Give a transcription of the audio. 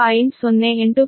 08 p